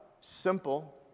Simple